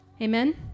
Amen